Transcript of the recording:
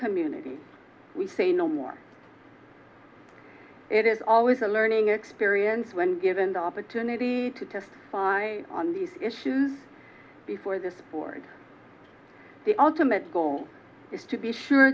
community we say no more it is always a learning experience when given the opportunity to test on these issues before this board the ultimate goal is to be sure